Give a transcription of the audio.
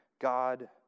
God